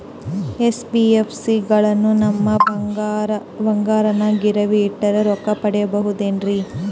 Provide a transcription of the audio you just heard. NBFC ಗಳಲ್ಲಿ ನಮ್ಮ ಬಂಗಾರನ ಗಿರಿವಿ ಇಟ್ಟು ರೊಕ್ಕ ಪಡೆಯಬಹುದೇನ್ರಿ?